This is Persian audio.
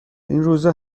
اینروزا